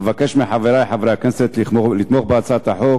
אבקש מחברי חברי הכנסת לתמוך בהצעת החוק